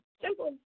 Simple